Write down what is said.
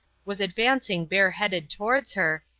was advancing bareheaded towards her,